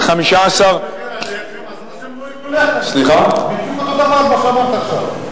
אז תעלה את מחיר הלחם,